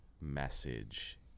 message